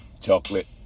chocolate